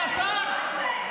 אתה בושה,